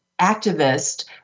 activist